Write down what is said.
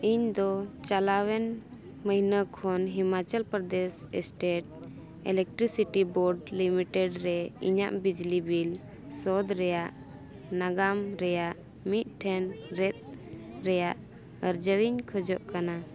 ᱤᱧᱫᱚ ᱪᱟᱞᱟᱣᱮᱱ ᱢᱟᱹᱦᱱᱟᱹ ᱠᱷᱚᱱ Himachal Pradesh state electricity board limited ᱨᱮ ᱤᱧᱟᱹᱜ ᱵᱤᱡᱽᱞᱤ ᱵᱤᱞ ᱥᱳᱫᱷ ᱨᱮᱭᱟᱜ ᱱᱟᱜᱟᱢ ᱨᱮᱭᱟᱜ ᱢᱤᱫ ᱴᱷᱮᱱ ᱨᱮᱭᱟᱜ ᱟᱨᱡᱟᱣ ᱤᱧ ᱠᱷᱚᱡᱚᱜ ᱠᱟᱱᱟ